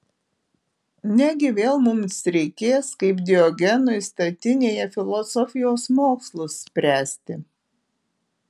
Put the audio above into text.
negi vėl mums reikės kaip diogenui statinėje filosofijos mokslus spręsti